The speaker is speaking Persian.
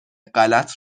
غلط